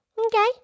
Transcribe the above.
Okay